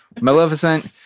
*Maleficent*